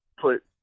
put